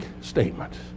statement